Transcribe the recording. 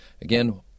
Again